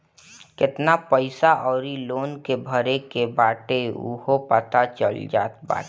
केतना पईसा अउरी लोन के भरे के बाटे उहो पता चल जात बाटे